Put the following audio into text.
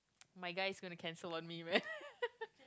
my guy's gonna cancel on me man